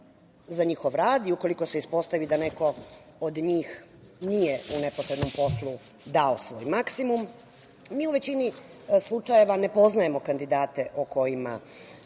za njihov rad i ukoliko se ispostavi da neko od njih nije u neposrednom poslu dao svoj maksimum, mi u većini slučajeva ne poznajemo kandidate o kojima